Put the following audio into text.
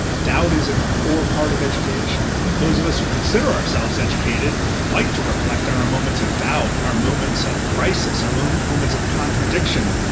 doubt is a core part of education. those of us who consider ourselves educated like to reflect on our moments of doubt, our moments of crisis, our own moments of contradiction,